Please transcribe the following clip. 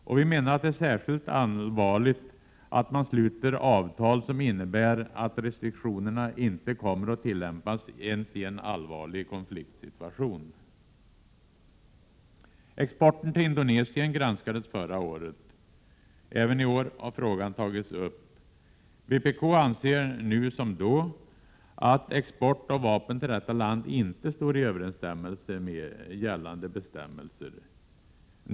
Särskilt allvarligt anser vi det vara att man sluter avtal, som innebär att restriktionerna inte kommer att tillämpas ens i en allvarlig konfliktsituation. Exporten till Indonesien granskades förra året. Även i år har frågan tagits upp. Vpk anser nu som då att export av vapen till detta land inte står i överensstämmelse med gällande bestämmelser.